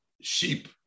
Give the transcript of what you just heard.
sheep